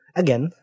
again